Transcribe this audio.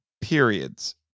periods